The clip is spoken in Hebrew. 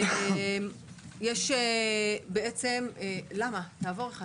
יש את